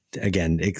again